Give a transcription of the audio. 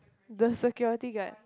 the security guard